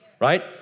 right